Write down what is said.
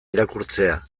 irakurtzea